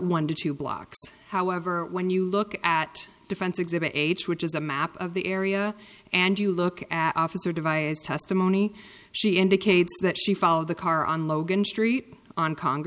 one to two blocks however when you look at defense exhibit age which is a map of the area and you look at officer devices testimony she indicates that she followed the car on logan street on congress